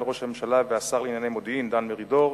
ראש הממשלה והשר לענייני מודיעין דן מרידור